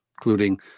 including